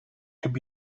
could